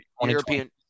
European